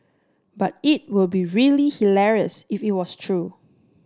but it would be really hilarious if it was true